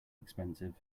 expensive